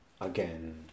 again